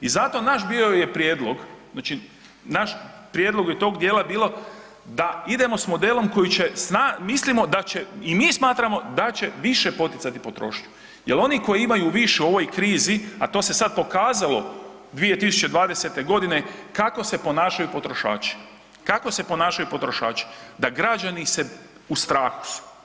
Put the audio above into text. I zato naš bio je prijedlog, znači naš prijedlog je tog dijela bilo da idemo s modelom koji će, mislimo da će i mi smatramo da će više poticati potrošnju jer oni imaju više u ovoj krizi, a to se sad pokazalo 2020. godine kako se ponašaju potrošači, kako se ponašaju potrošači, da građani se u strahu su.